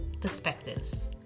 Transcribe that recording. perspectives